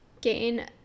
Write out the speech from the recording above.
gain